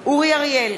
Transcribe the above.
אורי אריאל,